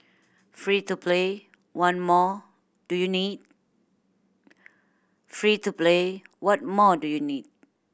free to play one more do you need free to play what more do you need